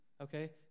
Okay